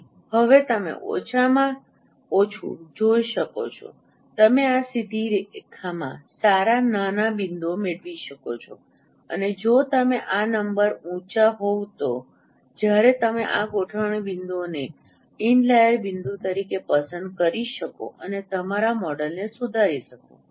તેથી હવે તમે ઓછામાં ઓછું જોઈ શકો છો કે તમે આ સીધી રેખામાં સારા નાના બિંદુઓ મેળવી શકો છો અને જો તમે આ નંબર ઊંચા હોવ તો જ્યારે તમે આ ગોઠવણી બિંદુઓને ઇનલાઈર બિંદુ તરીકે પસંદ કરી શકો અને તમારા મોડેલને સુધારી શકો